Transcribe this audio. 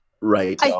Right